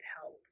help